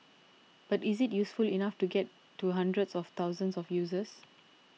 but is it useful enough to get to hundreds of thousands of users